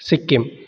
Sikkim